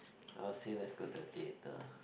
I would say let's go to a theatre